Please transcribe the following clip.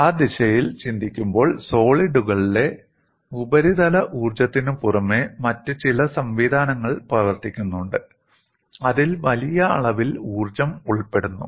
ആ ദിശയിൽ ചിന്തിക്കുമ്പോൾ സോളിഡുകളുടെ ഉപരിതല ഊർജ്ജത്തിനുപുറമെ മറ്റ് ചില സംവിധാനങ്ങൾ പ്രവർത്തിക്കുന്നുണ്ട് അതിൽ വലിയ അളവിൽ ഊർജ്ജം ഉൾപ്പെടുന്നു